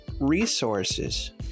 resources